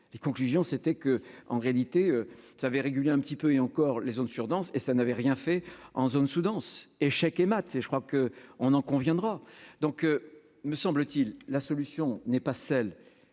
les conclusions, c'était que, en réalité, avez réguler un petit peu et encore les zones sur-denses et ça n'avait rien fait en zone sous-dense, échec et mat et je crois que, on en conviendra donc, me semble-t-il, la solution n'est pas celle